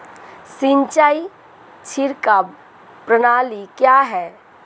सिंचाई छिड़काव प्रणाली क्या है?